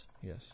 Yes